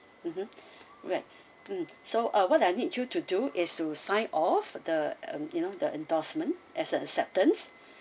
mmhmm right mmhmm so uh what I need you to do is to sign off the um you know the endorsement as an acceptance